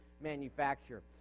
manufacture